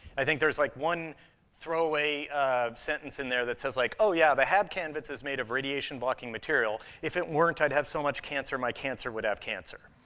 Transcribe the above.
i think there's, like, one throw-away sentence in there that says like, oh, yeah, the hab canvas is made of radiation-blocking material. if it weren't, i'd have so much cancer, my cancer would have cancer.